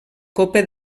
copa